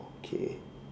okay